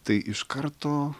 tai iš karto